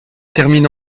termine